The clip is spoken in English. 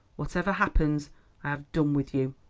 whatever happens, i have done with you.